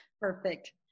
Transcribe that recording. Perfect